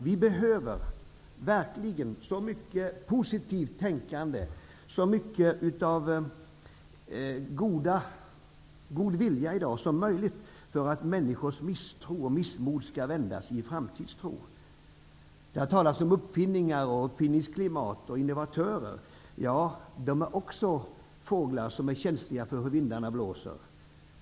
Vi behöver i dag verkligen så mycket positivt tänkande och så mycket av god vilja som möjligt för att människors misstro och missmod skall vändas i framtidstro. Det har talats om uppfinningar, uppfinningsklimat och innovatörer. De är också fåglar som är känsliga för hur vindarna blåser.